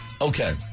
Okay